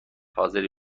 حاضری